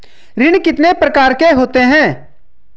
ऋण कितने प्रकार के होते हैं?